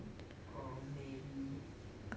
oh maybe